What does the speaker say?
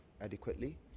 adequately